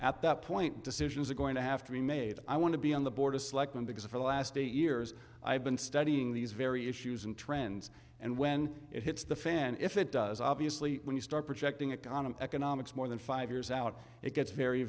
at that point decisions are going to have to be made i want to be on the board of selectmen because for the last eight years i've been studying these very issues and trends and when it hits the fan if it does obviously when you start projecting economy economics more than five years out it gets very